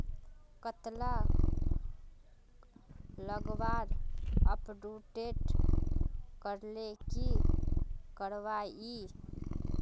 कतला लगवार अपटूडेट करले की करवा ई?